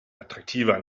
attraktiver